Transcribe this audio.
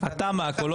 לא, לא, לא.